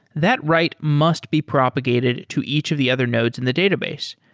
that write must be propagated to each of the other nodes in the database.